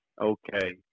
Okay